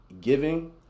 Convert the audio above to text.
giving